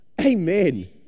Amen